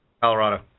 Colorado